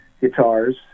guitars